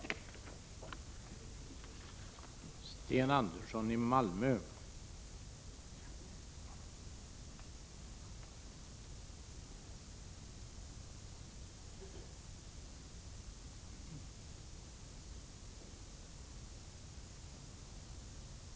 5 februari 1987